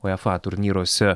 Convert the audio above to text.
uefa turnyruose